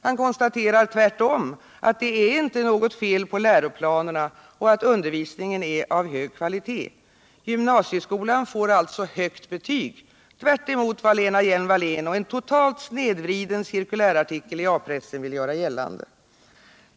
Han konstaterade tvärtom att det inte är något fel på läroplanerna och att undervisningen är av hög kvalitet. Gymnasieskolan fick alltså högt betyg, tvärt emot vad Lena Hjelm-Wallén och en totalt snedvriden cirkulärartikel i A-pressen vill göra gällande.